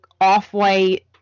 off-white